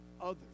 others